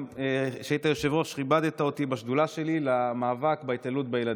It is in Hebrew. וכשהיית יושב-ראש אתה גם כיבדת אותי בשדולה שלי למאבק בהתעללות בילדים.